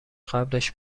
قبلش